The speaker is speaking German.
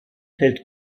hält